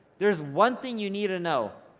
there's one thing you need to know,